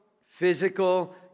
physical